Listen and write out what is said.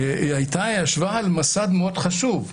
ישבה על מסד מאוד חשוב.